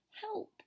Help